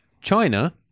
China